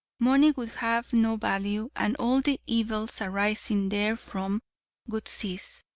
money would have no value and all the evils arising therefrom would cease.